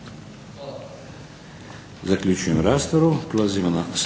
Zaključujem raspravu.